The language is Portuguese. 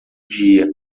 dia